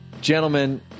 Gentlemen